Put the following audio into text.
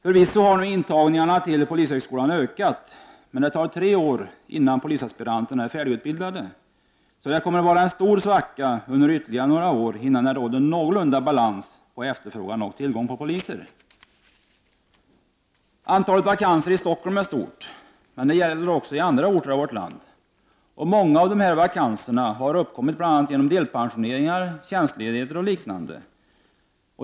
Förvisso har nu intagningarna till polishögskolan ökat, men det tar tre år innan polisaspiranterna är färdigutbildade, så det kommer att vara en stor svacka under ytterligare några år innan det råder någorlunda balans mellan efterfrågan och tillgång på poliser. Antalet vakanser i Stockholm är stort. Men det gäller också på andra orter i vårt land. Många av dessa vakanser har uppkommit bl.a. genom delpensioneringar, tjänstledigheter och liknande.